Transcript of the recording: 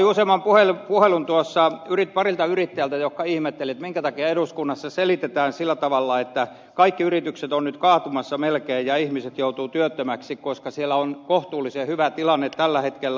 sain useamman puhelun parilta yrittäjältä jotka ihmettelivät minkä takia eduskunnassa selitetään sillä tavalla että kaikki yritykset ovat nyt kaatumassa melkein ja ihmiset joutuvat työttömiksi koska siellä on kohtuullisen hyvä tilanne tällä hetkellä